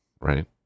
Right